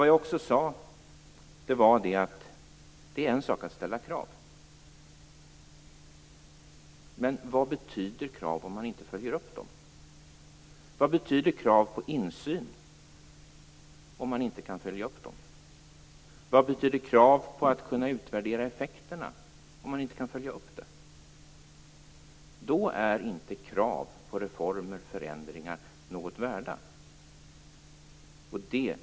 Som jag sade är det en sak att ställa krav, men vad betyder krav om man inte följer upp dem? Vad betyder krav på insyn om man inte kan följa upp det? Vad betyder krav på att få utvärdera effekterna om man inte kan följa upp det? Då är inte krav på reformer och förändringar något värda.